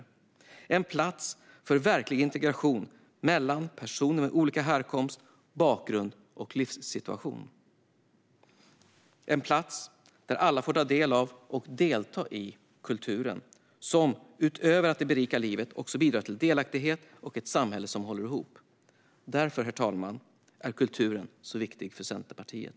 Det är en plats för verklig integration mellan personer med olika härkomst, bakgrund och livssituation, en plats där alla får ta del av och delta i kulturen, som utöver att den berikar livet också bidrar till delaktighet och ett samhälle som håller ihop. Det är därför, herr talman, som kulturen så viktig för Centerpartiet.